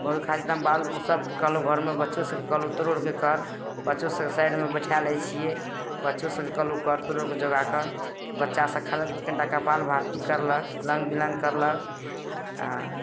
भोर खाली सब बाल बच्चा सबके कहलहुँ घरमे बच्चो सबके कहलहुँ चलो मेरे साथ बच्चो सबके साइडमे बैठा लै छियै बच्चो सबके कहलहुँ कर तोरो योगा कर बच्चा सब खयलक कनि टा कऽ कपाल भाती करलक इलौंग बिलोंग करलक आओर